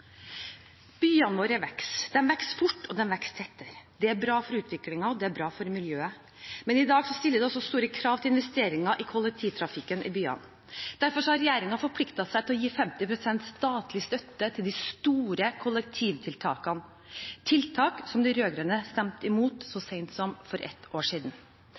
Byene våre vokser. De vokser fort, og de vokser tettere. Det er bra for utviklingen, og det er bra for miljøet. Men i dag stiller det også store krav til investeringer i kollektivtrafikken i byene. Derfor har regjeringen forpliktet seg til å gi 50 pst. statlig støtte til de store kollektivtiltakene – tiltak som de rød-grønne stemte imot så sent som for ett år siden.